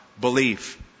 belief